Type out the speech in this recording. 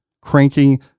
Cranking